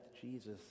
Jesus